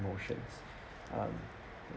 emotion um